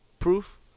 Proof